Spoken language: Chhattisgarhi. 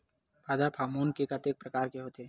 पादप हामोन के कतेक प्रकार के होथे?